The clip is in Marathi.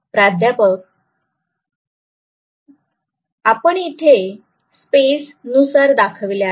प्राध्यापक आपण इथे स्पेसनुसार दाखवले आहे